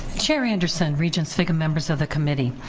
chair anderson, regent sviggum, members of the committee,